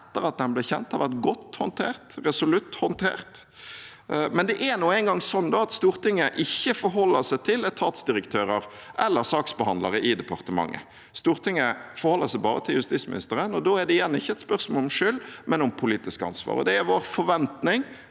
etter at den ble kjent, har vært godt og resolutt håndtert. Men det er nå engang slik at Stortinget ikke forholder seg til etatsdirektører eller saksbehandlere i departementet. Stortinget forholder seg bare til justisministeren. Da er det igjen ikke et spørsmål om skyld, men om politisk ansvar. Det er vår forventning